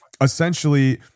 essentially